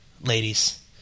ladies